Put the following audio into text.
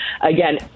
again